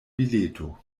bileto